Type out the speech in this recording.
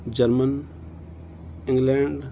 German England